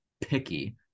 picky